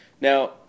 Now